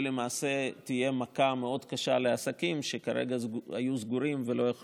ולמעשה תהיה מכה מאוד קשה לעסקים שהיו סגורים ויש